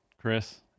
Chris